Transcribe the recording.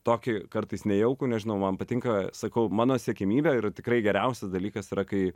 tokį kartais nejaukų nežinau man patinka sakau mano siekiamybė yra tikrai geriausias dalykas tai yra kai